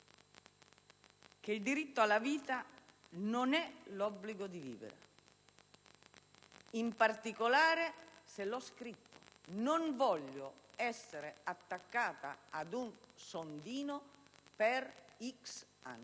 che il diritto alla vita non sia l'obbligo di vivere, in particolare se l'ho scritto: non voglio essere attaccata ad un sondino per "x" anni,